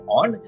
on